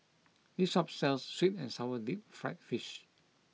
this shop sells Sweet and Sour Deep Fried Fish